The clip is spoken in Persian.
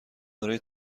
دارای